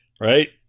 right